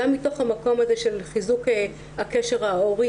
גם מתוך המקום הזה של חיזוק הקשר ההורי